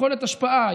יכולת השפעה,